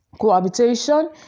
Cohabitation